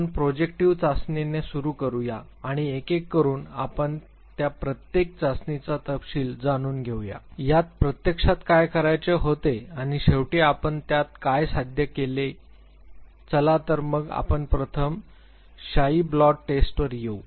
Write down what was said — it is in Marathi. आपण प्रोजेक्टिव्ह चाचणीने सुरू करूया आणि एकेक करून आपण या प्रत्येक चाचणीचा तपशील जाणून घेऊया त्यात प्रत्यक्षात काय करायचे होते आणि शेवटी आपण त्यातून काय साध्य केले गेले चला तर मग आपण प्रथम शाई ब्लॉट टेस्टवर येऊ या